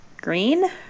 Green